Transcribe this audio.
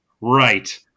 right